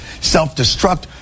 self-destruct